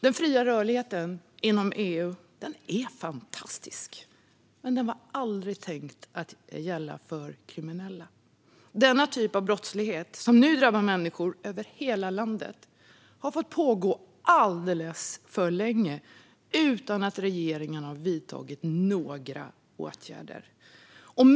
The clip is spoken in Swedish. Den fria rörligheten inom EU är fantastisk, men den var aldrig tänkt att gälla kriminella. Denna typ av brottslighet, som drabbar människor över hela landet, har fått pågå alldeles för länge utan att regeringen har vidtagit några åtgärder.